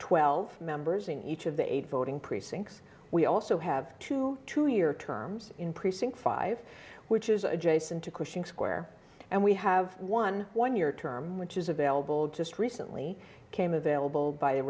twelve members in each of the eight voting precincts we also have twenty two year terms in precinct five which is adjacent to cushing square and we have eleven year term which is available just recently came available by the